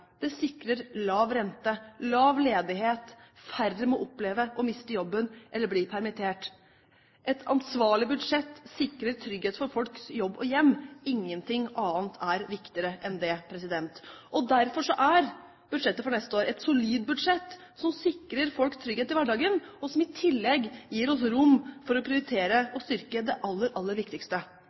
Det sikrer lav rente, lav ledighet, og at færre opplever å miste jobben eller å bli permittert. Et ansvarlig budsjett sikrer trygghet for folks jobb og hjem – ingenting er viktigere enn det. Derfor er budsjettet for neste år et solid budsjett, som sikrer folks trygghet i hverdagen, og som i tillegg gir oss rom for å prioritere å styrke det aller, aller viktigste: